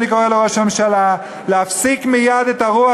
אני קורא לראש הממשלה להפסיק מייד את הרוח